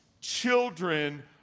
children